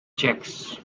checks